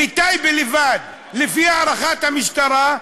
בטייבה לבד, לפי הערכת המשטרה,